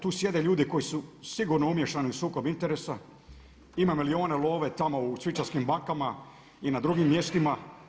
Tu sjede ljudi koji su sigurno umiješani u sukob interesa, ima milijuna love tamo u švicarskim bankama i na drugim mjestima.